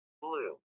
Blue